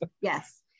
Yes